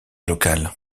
locale